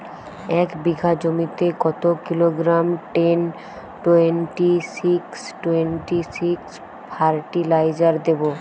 এক বিঘা জমিতে কত kilogram ten twenty six twenty six fertiliser দেবো?